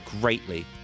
greatly